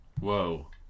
Whoa